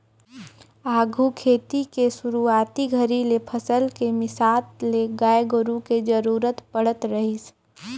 आघु खेती के सुरूवाती घरी ले फसल के मिसात ले गाय गोरु के जरूरत पड़त रहीस